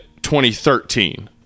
2013